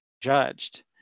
judged